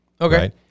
Okay